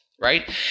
right